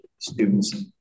students